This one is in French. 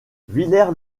villers